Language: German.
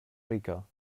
rica